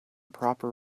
proper